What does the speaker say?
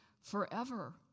forever